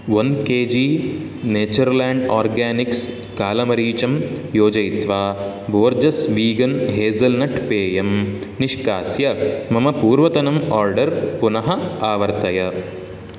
one KG Natureland Organics कालमरीचं योजयित्वा Borges vegan hazelnut पेयं निष्कास्य मम पूर्वतनम् आर्डर् पुनः आवर्तय